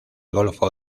golfo